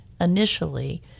initially